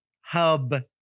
hub